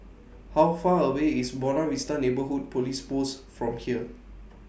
How Far away IS Buona Vista Neighbourhood Police Post from here